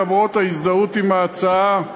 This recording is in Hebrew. למרות ההזדהות עם ההצעה,